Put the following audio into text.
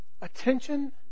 attention